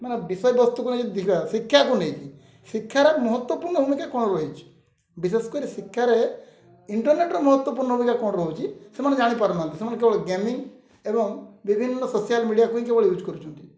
ମାନେ ବିଷୟବସ୍ତୁକୁ ନେଇ ଶିକ୍ଷାକୁ ନେଇକି ଶିକ୍ଷାର ମହତ୍ଵପୂର୍ଣ୍ଣ ଭୂମିକା କ'ଣ ରହିଛି ବିଶେଷ କରି ଶିକ୍ଷାରେ ଇଣ୍ଟରର୍ନେଟ୍ର ମହତ୍ତ୍ଵପୂର୍ଣ୍ଣ ଭୂମିକା କ'ଣ ରହୁଛି ସେମାନେ ଜାଣିପାରୁନାହାନ୍ତି ସେମାନେ କେବଳ ଗେମିଙ୍ଗ୍ ଏବଂ ବିଭିନ୍ନ ସୋସିଆଲ୍ ମିଡ଼ିଆକୁ ହିଁ କେବଳ ୟୁଜ୍ କରୁଛନ୍ତି